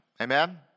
Amen